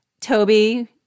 Toby